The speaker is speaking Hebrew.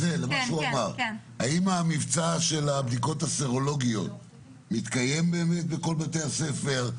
האם המבצע של הבדיקות הסרולוגיות מתקיים באמת בכל בתי הספר?